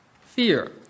fear